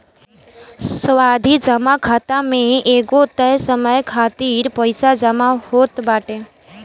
सावधि जमा खाता में एगो तय समय खातिर पईसा जमा होत बाटे